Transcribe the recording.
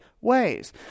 ways